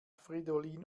fridolin